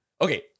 Okay